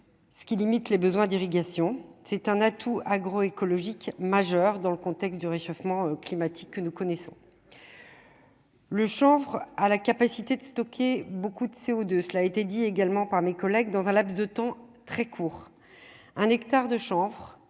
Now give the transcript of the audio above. ce qui limite les besoins d'irrigation, c'est un atout agro-écologique majeur dans le contexte du réchauffement climatique que nous connaissons le chanvre à la capacité de stocker beaucoup de CO2, cela a été dit également par mes collègues dans un laps de temps très court,